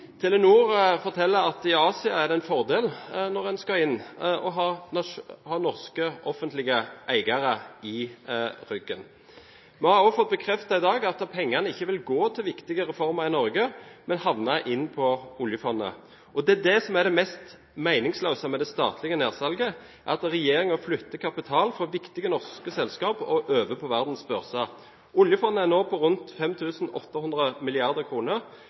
Telenor forteller at i Asia er det en fordel når en skal inn, å ha norske offentlige eiere i ryggen. Vi har også fått bekreftet i dag at pengene ikke vil gå til viktige reformer i Norge, men havne i oljefondet. Og det er det som er det mest meningsløse med det statlige nedsalget – at regjeringen flytter kapital fra viktige norske selskap og over på verdens børser. Oljefondet er nå på rundt